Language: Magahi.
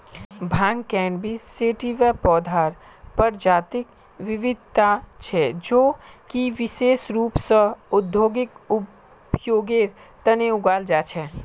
भांग कैनबिस सैटिवा पौधार प्रजातिक विविधता छे जो कि विशेष रूप स औद्योगिक उपयोगेर तना उगाल जा छे